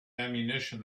ammunition